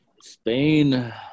Spain